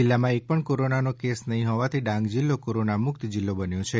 જિલ્લામાં એક પણ કોરોનાનો કેસ નહીં હોવાથી ડાંગ જિલ્લો કોરોના મુક્ત જિલ્લો બની ગયો છે